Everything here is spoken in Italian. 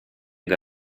the